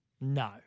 No